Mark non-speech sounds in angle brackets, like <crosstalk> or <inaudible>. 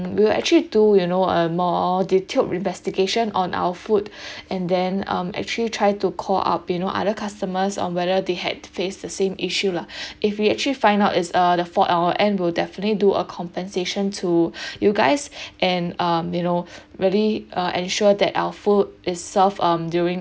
we'll actually you know a more detailed investigation on our food <breath> and then um actually try to call up you know other customers on whether they had faced the same issue lah if we actually find out it's uh the fault our end will definitely do a compensation to <breath> you guys and um you know really uh ensure that our food is served um during